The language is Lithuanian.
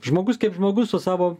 žmogus kaip žmogus su savo